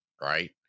Right